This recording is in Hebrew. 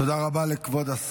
תודה רבה לשר.